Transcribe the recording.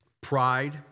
pride